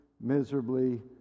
miserably